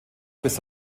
bis